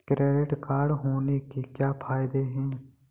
Credit card होने के क्या फायदे हैं?